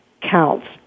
counts